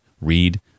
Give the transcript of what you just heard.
read